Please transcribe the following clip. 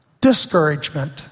discouragement